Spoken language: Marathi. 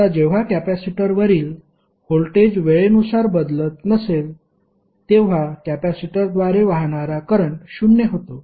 आता जेव्हा कॅपेसिटरवरील व्होल्टेज वेळेनुसार बदलत नसले तेव्हा कॅपेसिटरद्वारे वाहणारा करंट शून्य होतो